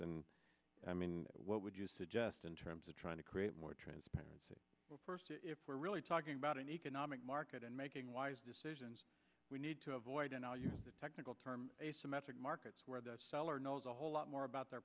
and i mean what would you suggest in term trying to create more transparency if we're really talking about an economic market and making wise decisions we need to avoid and i'll use the technical term asymmetric markets where the seller knows a whole lot more about their